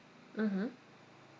mmhmm